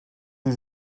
sie